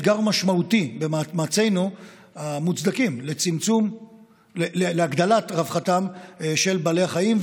יש לנו אתגר משמעותי במעשינו המוצדקים להגדלת רווחתם של בעלי החיים,